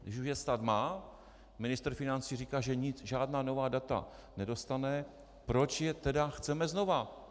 Když už je stát má, ministr financí říká, že žádná nová data nedostane, proč je tedy chceme znova?